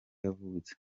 yavutse